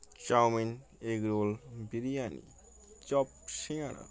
chowmein egg roll biryani chop singara